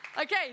Okay